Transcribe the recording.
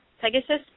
Pegasus